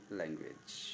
language